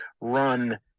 run